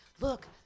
look